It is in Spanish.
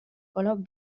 color